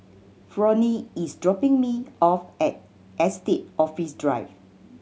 Fronie is dropping me off at Estate Office Drive